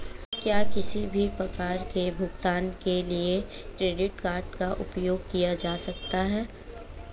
क्या किसी भी प्रकार के भुगतान के लिए क्रेडिट कार्ड का उपयोग किया जा सकता है?